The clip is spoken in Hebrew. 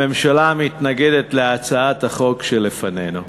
הממשלה מתנגדת להצעת החוק שלפנינו.